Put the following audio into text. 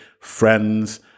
friends